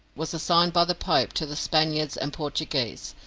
was assigned by the pope to the spaniards and portuguese.